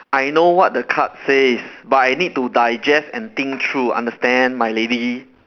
I know what the card says but I need to digest and think through understand my lady